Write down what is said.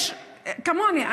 יש כמוני,